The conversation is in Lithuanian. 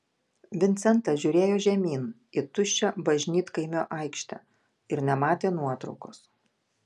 vincentas žiūrėjo žemyn į tuščią bažnytkaimio aikštę ir nematė nuotraukos